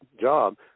job